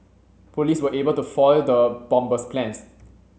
police were able to foil the bomber's plans